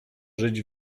żyć